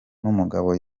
n’umugabo